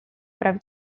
praw